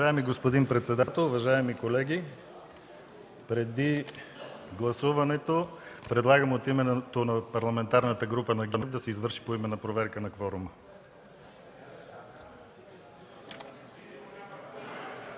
Уважаеми господин председател, уважаеми колеги! Преди гласуването предлагам от името на Парламентарната група на ГЕРБ да се извърши поименна проверка на кворума.